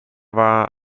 war